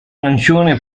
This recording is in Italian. arancione